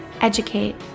educate